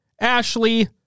Ashley